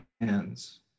hands